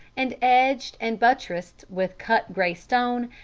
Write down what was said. and edged and buttressed with cut grey stone,